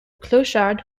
clochard